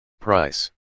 Price